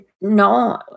no